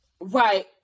Right